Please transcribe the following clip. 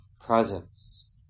presence